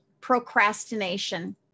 procrastination